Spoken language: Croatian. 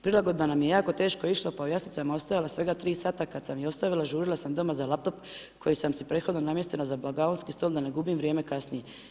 Prilagodba nam je jako teško išla, pa u jaslicama ostajala svega 3 sata, a kada sam ju ostavila, žurila sam doma za laptop, koji sam si prethodno namjestila za blagdanski stol, da ne gubim vrijeme kasnije.